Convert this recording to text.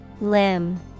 Limb